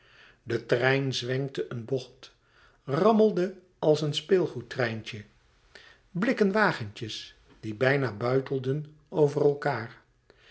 de trein zwenkte een bocht rammelde als een speelgoedtreintje blikken wagentjes die bijna buitelden over elkaâr